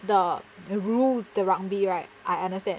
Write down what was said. the rules the rugby right I understand